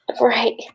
Right